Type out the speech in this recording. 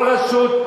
כל רשות,